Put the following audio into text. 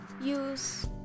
use